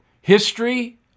history